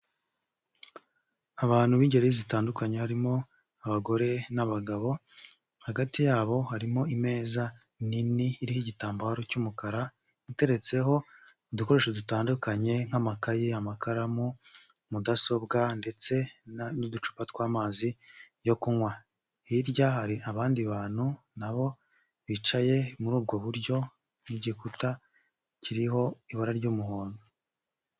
Abantu b'ingeri zitandukanye harimo abagore n'abagabo hagati yabo harimo ameza nini iriho igitambaro cy'umukara iteretseho udukoresho dutandukanye nk'amakaye, amakara, mudasobwa ndetse n'uducupa tw'amazi yo kunywa. Hirya hari abandi bantu nabo bicaye muri ubwo buryo bw'igikuta kiriho ibara ry'umuhondo.